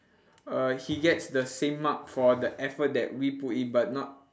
uh he gets the same mark for the effort that we put in but not